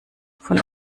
von